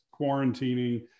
quarantining